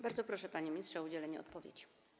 Bardzo proszę, panie ministrze, o udzielenie odpowiedzi.